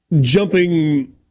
jumping